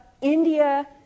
India